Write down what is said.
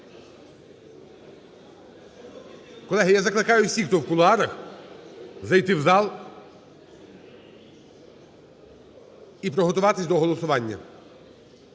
Колеги, я закликаю всіх, хто у кулуарах, зайти у зал і приготуватись до голосування.